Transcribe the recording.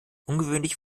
ungewöhnlich